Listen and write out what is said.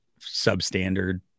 substandard